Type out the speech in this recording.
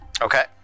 Okay